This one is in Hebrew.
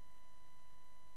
אני